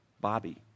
Bobby